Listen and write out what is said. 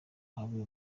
habi